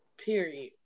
Period